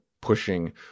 pushing